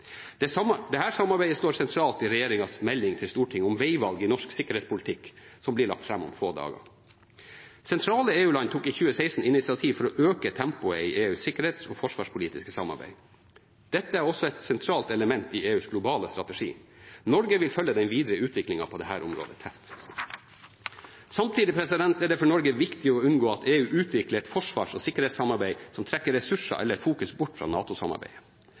samarbeidet står sentralt i regjeringens melding til Stortinget om veivalg i norsk sikkerhetspolitikk, som blir lagt fram om få dager. Sentrale EU-land tok i 2016 initiativ for å øke tempoet i EUs sikkerhets- og forsvarspolitiske samarbeid. Dette er også et sentralt element i EUs globale strategi. Norge vil følge den videre utviklingen på dette området tett. Samtidig er det for Norge viktig å unngå at EU utvikler et forsvars- og sikkerhetssamarbeid som trekker ressurser eller fokus bort fra